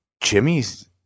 Jimmy's